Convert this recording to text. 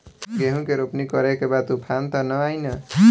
गेहूं के रोपनी करे के बा तूफान त ना आई न?